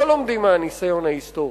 לא לומדים מהניסיון ההיסטורי.